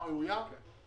כולל עכשיו,